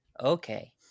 okay